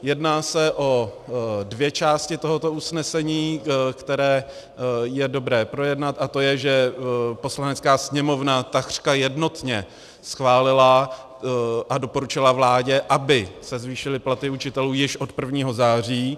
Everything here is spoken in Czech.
Jedná se o dvě části tohoto usnesení, které je dobré projednat, a to je, že Poslanecká sněmovna takřka jednotně schválila a doporučila vládě, aby se zvýšily platy učitelů již od 1. září.